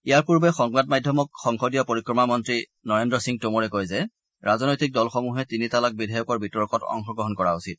ইয়াৰ পূৰ্বে সংবাদ মাধ্যমক সংসদীয় পৰিক্ৰমা মন্ত্ৰী নৰেল্ৰ সিং টোমৰে কয় যে ৰাজনৈতিক দলসমূহে তিনি তালাক বিধেয়কৰ বিতৰ্কত অংশগ্ৰহণ কৰা উচিত